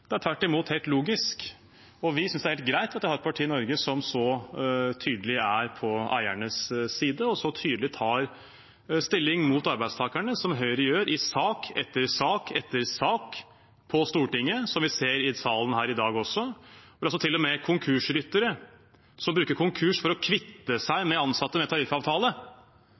Det er tvert imot helt logisk. Vi synes det er helt greit at vi har et parti i Norge som så tydelig er på eiernes side og så tydelig tar stilling mot arbeidstakerne, som Høyre gjør i sak etter sak etter sak på Stortinget, og som vi ser i salen her i dag også. Konkursryttere som bruker konkurs for å kvitte seg med ansatte med tariffavtale,